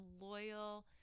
loyal